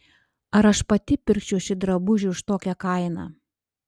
ar aš pati pirkčiau šį drabužį už tokią kainą